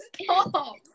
Stop